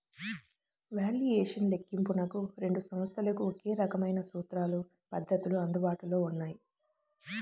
valuation లెక్కింపునకు రెండు సంస్థలకు ఒకే రకమైన సూత్రాలు, పద్ధతులు అందుబాటులో ఉన్నాయి